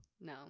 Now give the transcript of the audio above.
No